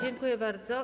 Dziękuję bardzo.